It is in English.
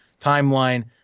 timeline